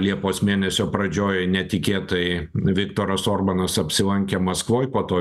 liepos mėnesio pradžioj netikėtai viktoras orbanas apsilankė maskvoj po to